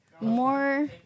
More